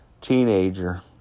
teenager